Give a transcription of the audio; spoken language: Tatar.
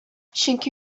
чөнки